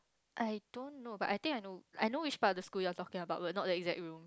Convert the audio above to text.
I don't know but I think I know I know which part of the school you are talking about but not the exact room